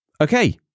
Okay